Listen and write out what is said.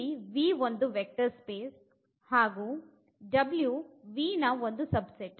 ಇಲ್ಲಿ ಒಂದು vector space ಹಾಗು ನ ಒಂದು ಸಬ್ ಸೆಟ್